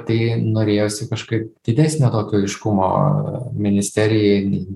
tai norėjosi kažkaip didesnio tokio aiškumo ministerijai